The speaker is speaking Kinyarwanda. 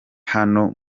hano